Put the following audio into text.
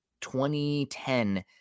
2010